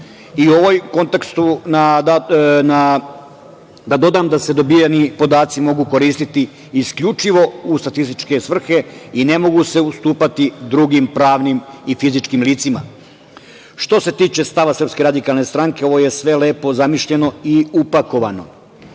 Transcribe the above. U ovom kontekstu da dodam da se dobijeni podaci mogu koristiti isključivo u statističke svrhe i ne mogu se ustupati drugim pravnim i fizičkim licima. Što se tiče stava Srpske radikalne stranke, ovo je sve lepo zamišljeno i upakovano,